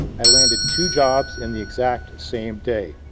i landed two jobs in the exact same day.